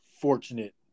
fortunate